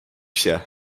się